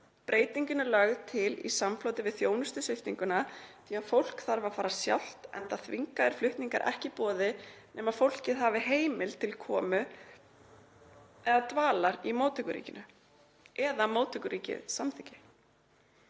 Breytingin er lögð til í samfloti við þjónustusviptinguna því að fólk þarf að fara sjálft enda þvingaðir flutningar ekki í boði nema fólk hafi heimild til komu eða dvalar í móttökuríkinu eða að móttökuríkið samþykki